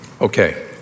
Okay